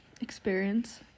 experience